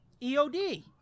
EOD